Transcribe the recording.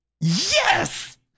Yes